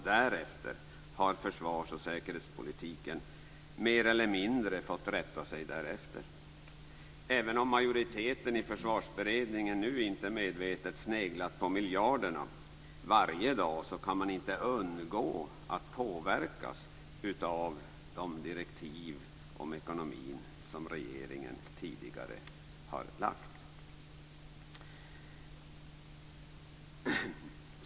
Därefter har försvars och säkerhetspolitiken mer eller mindre fått rätta sig därefter. Även om majoriteten i Försvarsberedningen inte varje dag medvetet sneglat på miljarderna kan man inte undgå att påverkas av de direktiv om ekonomin som regeringen tidigare har lagt.